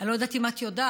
אני לא יודעת אם את יודעת,